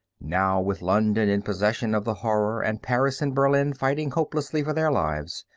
now with london in possession of the horror and paris and berlin fighting hopelessly for their lives,